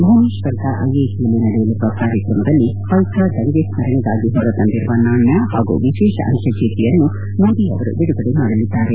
ಭುವನೇಶ್ವರದ ಐಐಟಿಯಲ್ಲಿ ನಡೆಯಲಿರುವ ಕಾರ್ಯಕ್ರಮದಲ್ಲಿ ಪೈಕಾ ದಂಗೆ ಸ್ಮರಣೆಗಾಗಿ ಹೊರತಂದಿರುವ ನಾಣ್ಯ ಹಾಗೂ ವಿಶೇಷ ಅಂಜೆ ಜೀಟಿಯನ್ನು ಮೋದಿ ಅವರು ಬಿಡುಗಡೆ ಮಾಡಲಿದ್ದಾರೆ